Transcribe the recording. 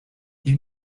you